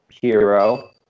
hero